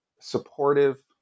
supportive